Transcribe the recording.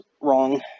wrong